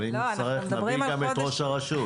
אבל אם נצטרך, נביא גם את ראש הרשות.